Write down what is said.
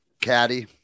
caddy